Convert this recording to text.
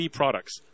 products